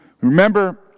Remember